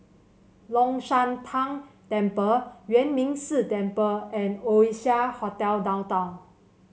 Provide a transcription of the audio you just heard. Long Shan Tang Temple Yuan Ming Si Temple and Oasia Hotel Downtown